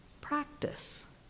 practice